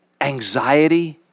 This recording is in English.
anxiety